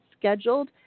scheduled